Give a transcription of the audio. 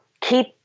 keep